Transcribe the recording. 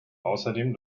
außerdem